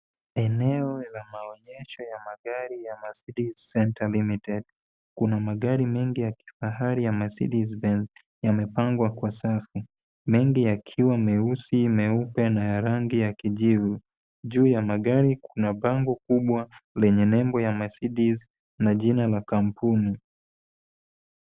Eneo la maonyesho ya magari ya Mercedes Centre Limited. Kuna magari mingi ya kifahari ya Mercedes-Benz yamepangwa kwa safu, mengi yakiwa meusi, meupe na ya rangi ya kijivu. Juu ya magari kuna bango kubwa lenye nembo ya Mercedes na jina la kampuni.